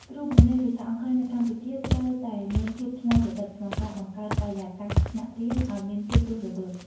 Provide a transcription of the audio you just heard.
គ្រូបង្រៀនភាសាអង់គ្លេសនៅកម្ពុជាត្រូវតែមានភាពច្នៃប្រឌិតក្នុងការបង្កើតបរិយាកាសថ្នាក់រៀនឱ្យមានភាពរស់រវើក។